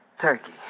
Turkey